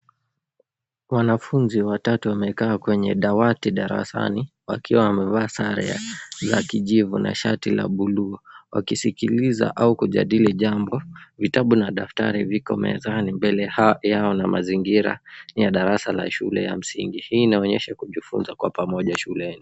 Wanafunzi watatu wamekaa kwenye dawati darasani wakiwa wamevaa sare za kijivu na shati la buluu wakiskiliza au kujadili jambo. Vitabu na daftari viko mezani mbele yao na mazingira ya darasa la shule ya msingi. Hii inaonyesha kujifunza kwa pamoja shuleni.